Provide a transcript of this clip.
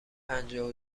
پنجاه